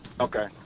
Okay